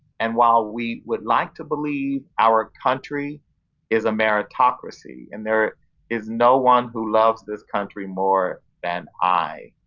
and while we would like to believe our country is a meritocracy, and there is no one who loves this country more than i,